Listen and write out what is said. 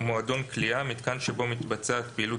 ""מועדון קליעה - מיתקן שבו מתבצעת פעילות